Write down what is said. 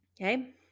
okay